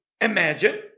imagine